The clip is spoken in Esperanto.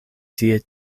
tie